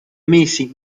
mesi